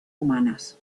humanas